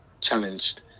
challenged